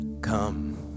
come